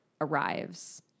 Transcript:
arrives